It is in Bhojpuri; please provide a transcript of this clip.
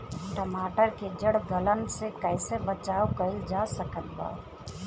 टमाटर के जड़ गलन से कैसे बचाव कइल जा सकत बा?